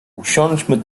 usiądźmy